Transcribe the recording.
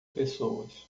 pessoas